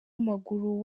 w’amaguru